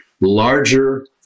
larger